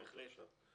בהחלט.